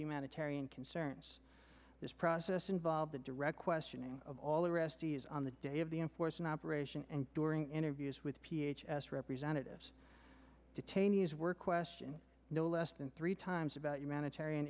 humanitarian concerns this process involved a direct questioning of all arrestees on the day of the enforce an operation and during interviews with p h s representatives detainees were question no less than three times about humanitarian